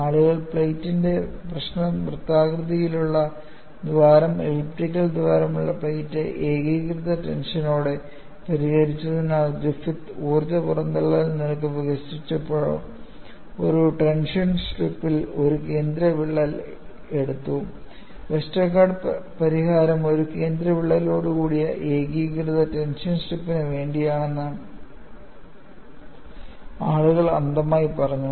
ആളുകൾ പ്ലേറ്റിന്റെ പ്രശ്നം വൃത്താകൃതിയിലുള്ള ദ്വാരം എലിപ്റ്റിക്കൽ ദ്വാരമുള്ള പ്ലേറ്റ് ഏകീകൃത ടെൻഷൻ ഓടെ പരിഹരിച്ചതിനാൽ ഗ്രിഫിത്ത് ഊർജ്ജ പുറന്തള്ളൽ നിരക്ക് വികസിപ്പിച്ചപ്പോൾ ഒരു ടെൻഷൻ സ്ട്രിപ്പിൽ ഒരു കേന്ദ്ര വിള്ളൽ എടുത്തു വെസ്റ്റർഗാർഡ് പരിഹാരം ഒരു കേന്ദ്ര വിള്ളലോടുകൂടിയ ഏകീകൃത ടെൻഷൻ സ്ട്രിപ്പിന് വേണ്ടിയാണെന്ന് ആളുകൾ അന്ധമായി പറഞ്ഞു